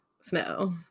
snow